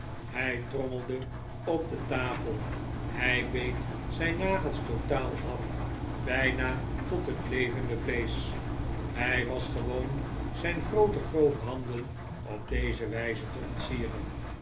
hij trommelde op de tafel hij beet zijn nagels totaal af bijna tot op het levende vleesch hij was gewoon zijn groote grove handen op deze wijze te ontsieren